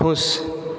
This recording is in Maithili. खुश